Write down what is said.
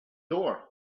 door